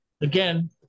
Again